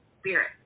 spirit